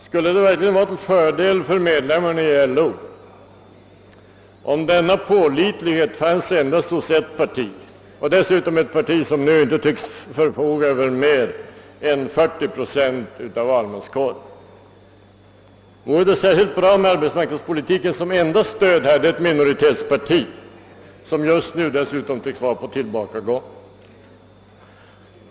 Skulle det verkligen vara till fördel för medlemmarna i LO, om denna pålitlighet fanns endast hos ett parti, dessutom ett parti som nu inte tycks förfoga över mer än 40 procent av valmanskåren? Vore det särskilt bra om arbetsmarknadspolitiken som enda stöd hade ett minoritetsparti, som dessutom synes vara på tillbakagång?